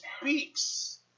speaks